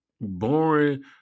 boring